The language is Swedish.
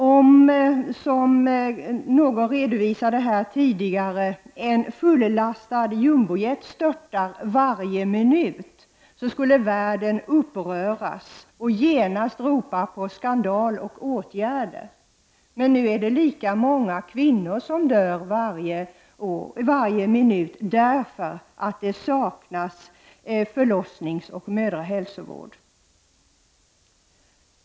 Om, som någon här tidigare nämnde, en fullastad jumbojet störtade varje minut, då skulle världen uppröras, genast ropa att det var skandal och kräva åtgärder. Men nu är det lika många kvinnor som dör varje minut därför att det saknas förlossningsoch mödraoch hälsovård.